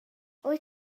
wyt